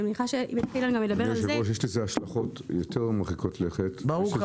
יש לזה השלכות יותר מרחיקות-לכת.